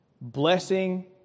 Blessing